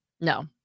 no